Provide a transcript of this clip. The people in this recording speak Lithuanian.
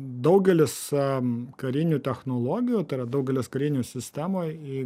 daugelis am karinių technologijų tai yra daugelis karinių sistemų